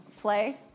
Play